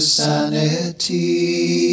sanity